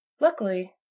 Luckily